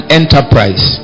enterprise